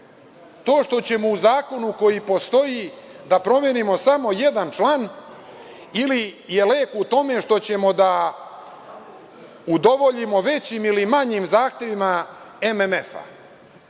to što ćemo u zakonu koji postoji da promenimo samo jedan član ili je lek u tome što ćemo da udovoljimo većim ili manjim zahtevima